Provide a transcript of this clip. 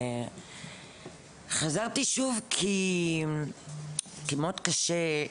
חזרתי שוב כי מאוד קשה,